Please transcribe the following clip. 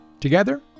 Together